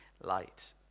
light